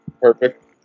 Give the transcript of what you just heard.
Perfect